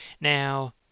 now